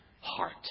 heart